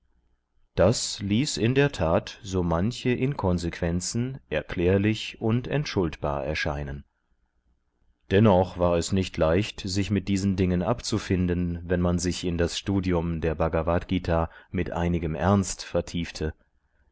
das ließ in der tat so manche inkonsequenzen erklärlich und entschuldbar erscheinen dennoch war es nicht leicht sich mit diesen dingen abzufinden wenn man sich in das studium der bhagavadgt mit einigem ernst vertiefte